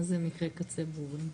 מה זה מקרי קצה ברורים?